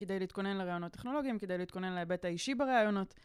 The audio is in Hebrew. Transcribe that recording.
כדי להתכונן לראיונות טכנולוגיים, כדי להתכונן להיבט האישי בראיונות.